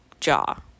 jaw